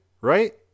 Right